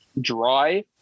dry